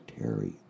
Terry